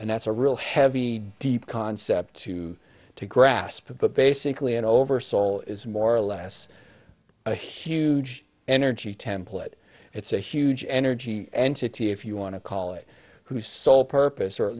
and that's a real heavy deep concept to to grasp of but basically and over soul is more or less a huge energy template it's a huge energy entity if you want to call it whose sole purpose or at